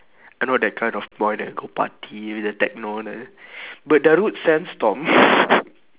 I'm not that kind of boy that go party then techno then but darude sandstorm